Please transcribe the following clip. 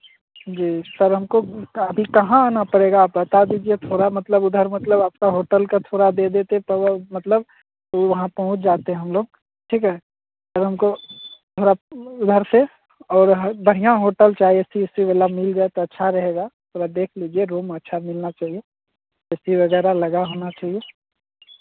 जी sir हमको अभी कहाँ आना पड़ेगा बता दीजिए थोड़ा मतलब उधर मतलब आपका होटल का थोड़ा दे देते तो मतलब वहाँ पहुँच जाते हमलोग ठीक है और हमको थोड़ा उधर से और बढ़ियाँ होटल चाहिए ए सी उसी वाला मिल जाए तो अच्छा रहेगा थोड़ा देख लीजिए रूम अच्छा मिलना चाहिए ए सी वगैरह लगा होना चाहिए